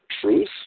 truth